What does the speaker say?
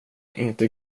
inte